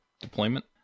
deployment